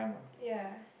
ya